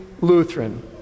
Lutheran